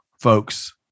folks